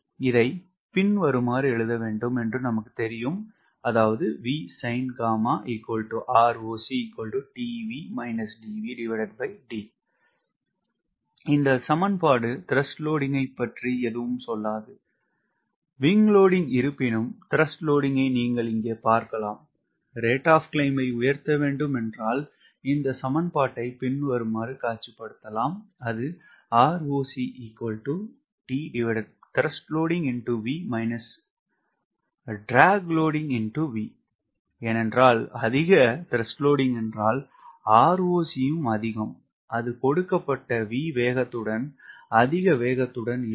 இதை பின்வருமாறு எழுத வேண்டும் என்று நமக்கு தெரியும் இந்த சமன்பாடு TWஐ பற்றி எதுவும் சொல்லாது WS இருப்பினும் TW ஐ நீங்கள் இங்கே பார்க்கலாம் ROC ஐ உயர்த்தவேண்டும் என்றால் இந்த சமன்பாடை பின்வருமாறு காட்சிப்படுத்தலாம் ஏனென்றால் அதிக TW என்றால் ROC ம் அதிகம் அது கொடுக்கப்பட்ட V வேகத்துடன் அதிக வேகத்துடன் ஏறும்